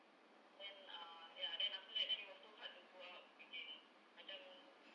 then uh ya then after that then it was so hard to go out again macam